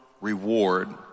reward